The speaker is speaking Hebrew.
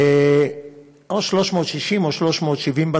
או 360 או 370,